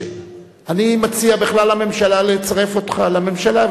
אני מציע בכלל לממשלה לצרף אותך לממשלה,